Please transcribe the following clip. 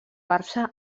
barça